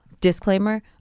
disclaimer